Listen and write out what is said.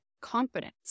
confidence